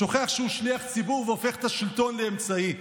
שוכח שהוא שליח ציבור והופך את השלטון לאמצעי.